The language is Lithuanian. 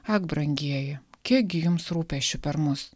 ak brangieji kiekgi jums rūpesčių per mus